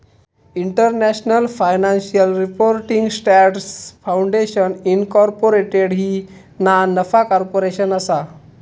international financial reporting standards foundation incorporated ही ना नफा कॉर्पोरेशन असा